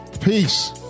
Peace